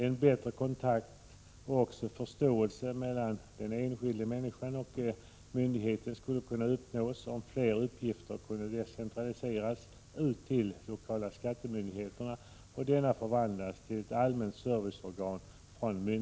En bättre kontakt och förståelse mellan den enskilda människan och myndigheterna skulle kunna uppnås om fler uppgifter kunde decentraliseras ut till lokala skattemyndigheter och om dessa förvandlades till allmänna serviceorgan.